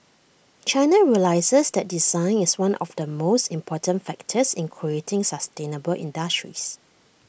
China realises that design is one of the most important factors in creating sustainable industries